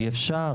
אי-אפשר,